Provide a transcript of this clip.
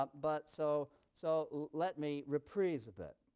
but but so so let me reprise a bit.